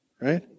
right